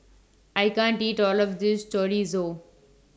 I can't eat All of This Chorizo